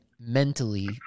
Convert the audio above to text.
mentally